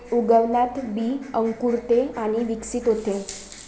उगवणात बी अंकुरते आणि विकसित होते